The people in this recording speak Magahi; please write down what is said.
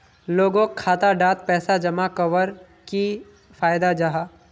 लोगोक खाता डात पैसा जमा कवर की फायदा जाहा?